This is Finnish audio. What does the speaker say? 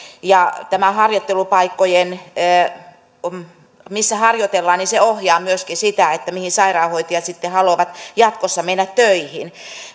ja tämä harjoittelupaikkojen sijainti missä harjoitellaan ohjaa myöskin sitä mihin sairaanhoitajat sitten haluavat jatkossa mennä töihin